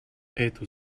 эту